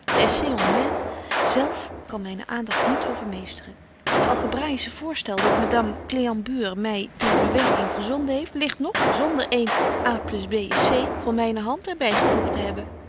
kan myn aandagt niet overmeesteren het algebraïsche voorstel dat madame cléambure my ter bewerking gezonden heeft ligt nog zonder een a b c van myne hand er by gevoegt te hebben